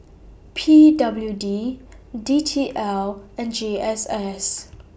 P W D D T L and G S S